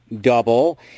double